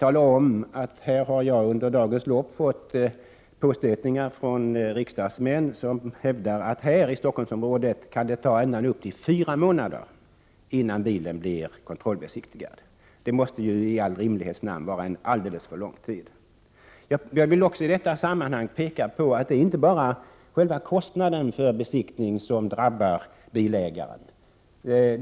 Jag har under dagens lopp fått påstötningar från riksdagsmän som hävdar att det här i Stockholmsområdet kan ta ända upp till fyra månader innan bilen blir kontrollbesiktigad. Det måste i all rimlighets vara alldeles för lång tid! Jag vill också i detta sammanhang framhålla att det inte bara är själva besiktningskostnaden som drabbar bilägare.